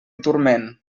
turment